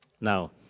Now